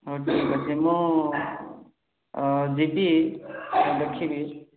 ହଉ ଠିକ୍ ଅଛି ମୁଁ ଯିବି ଦେଖିବି